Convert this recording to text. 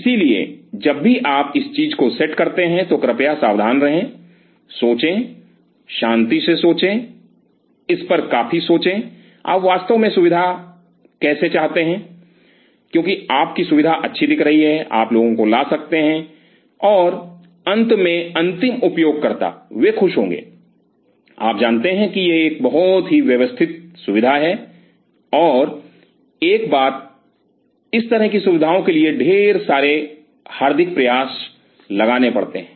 इसलिए जब भी आप इस चीज़ को सेट करते हैं तो कृपया सावधान रहें सोचें शांति से सोचें इस पर काफी सोचें आप वास्तव में कैसे सुविधा चाहते हैं क्योंकि आपकी सुविधा अच्छी दिख रही है आप लोगों को ला सकते हैं और अंत में अंतिम उपयोगकर्ता वे खुश होंगे आप जानते हैं कि यह एक बहुत ही व्यवस्थित सुविधा है और एक और बात इस तरह की सुविधाओं के लिए ढेर सारे हार्दिक प्रयास लगाने पड़ते हैं